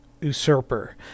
usurper